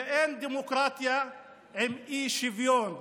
ואין דמוקרטיה עם אי-שוויון,